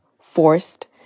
forced